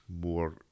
more